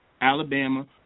Alabama